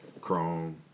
Chrome